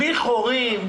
בלי חורים.